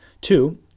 Two